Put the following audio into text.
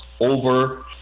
over